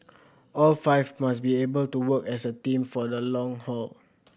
all five must be able to work as a team for the long haul